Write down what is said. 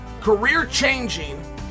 career-changing